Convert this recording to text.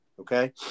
Okay